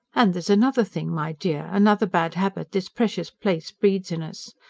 and there's another thing, my dear another bad habit this precious place breeds in us.